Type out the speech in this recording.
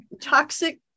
Toxic